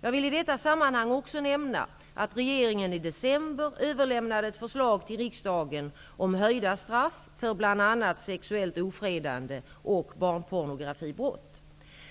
Jag vill i detta sammanhang också nämna att regeringen i december överlämnande ett förslag till riksdagen om höjda straff för bl.a. sexuellt ofredande och barnpornografibrott.